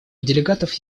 делегатов